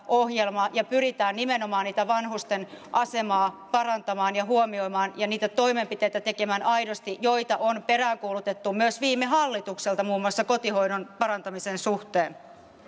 ohjelma ja pyritään nimenomaan vanhusten asemaa parantamaan ja huomioimaan ja niitä toimenpiteitä tekemään aidosti joita on peräänkuulutettu myös viime hallitukselta muun muassa kotihoidon parantamisen suhteen